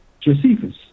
Josephus